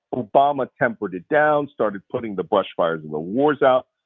obama tempered it down, started putting the brushfires of the wars out.